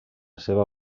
seva